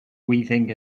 weaving